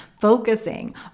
Focusing